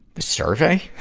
the survey?